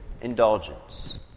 indulgence